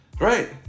Right